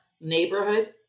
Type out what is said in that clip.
neighborhood